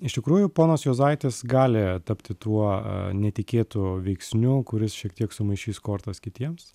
iš tikrųjų ponas juozaitis gali tapti tuo netikėtu veiksniu kuris šiek tiek sumaišys kortas kitiems